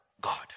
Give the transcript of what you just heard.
God